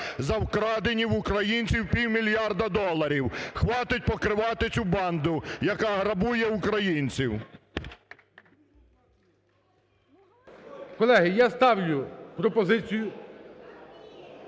за вкрадені в українців півмільярда доларів. Хватить покривати цю банду, яка грабує українців! ГОЛОВУЮЧИЙ. Колеги, я ставлю пропозицію,